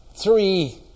three